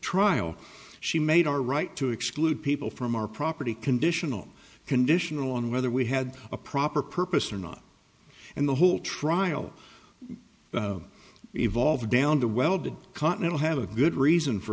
trial she made our right to exclude people from our property conditional conditional on whether we had a proper purpose or not and the whole trial evolved down the well did continental have a good reason for